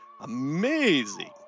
amazing